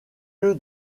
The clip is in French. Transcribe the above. lieu